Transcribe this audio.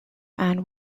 and